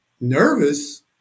nervous